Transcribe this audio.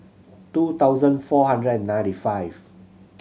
two thousand four hundred and ninety five